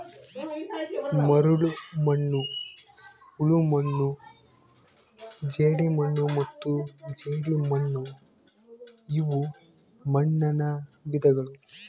ಮರಳುಮಣ್ಣು ಹೂಳುಮಣ್ಣು ಜೇಡಿಮಣ್ಣು ಮತ್ತು ಜೇಡಿಮಣ್ಣುಇವು ಮಣ್ಣುನ ವಿಧಗಳು